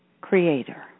creator